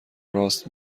راست